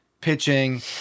pitching